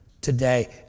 today